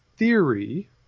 theory